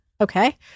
Okay